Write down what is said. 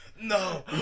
No